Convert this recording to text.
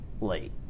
late